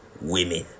Women